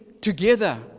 together